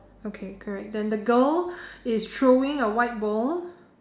okay correct then the girl is throwing a white ball